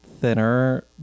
thinner